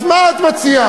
אז מה את מציעה?